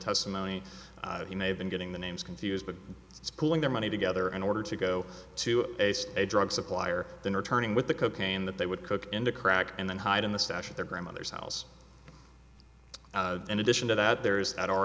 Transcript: testimony he may have been getting the names confused but it's pulling their money together in order to go to a drug supplier then returning with the cocaine that they would cook in the crack and then hide in the stash of their grandmother's house in addition to that there is at our